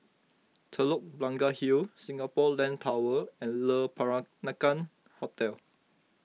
Telok Blangah Hill Singapore Land Tower and Le Peranakan Hotel